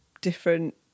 different